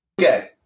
Okay